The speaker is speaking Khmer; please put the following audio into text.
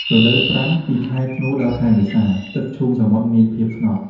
រដូវប្រាំងពីខែធ្នូដល់ខែមេសា ទឹកឈូងសមុទ្រមាន ភាពស្ងប់។